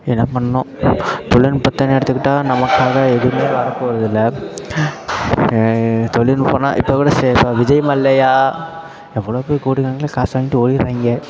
எதுன்னால் பண்ணணும் தொழில்நுட்பத்தனு எடுத்துக்கிட்டால் நமக்காக எதுவுமே வர போகிறதில்ல தொழில்நுட்பனா இப்போக் கூட சே இப்போ விஜய் மல்லையா எவ்வளோ பேர் கோடி கணக்கில் காசை வாங்கிட்டு ஓடிட்றாங்க